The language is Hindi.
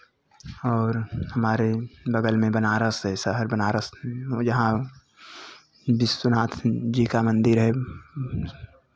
और हमारे बगल में बनारस है शहर बनारस जहाँ विश्वनाथ जी का मंदिर है